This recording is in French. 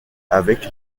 avec